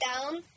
down